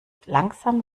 langsam